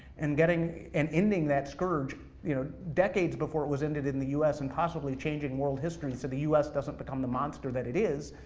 and and ending that scourge you know decades before it was ended in the us, and possibly changing world history so the us doesn't become the monster that it is,